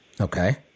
Okay